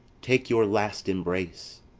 take your last embrace!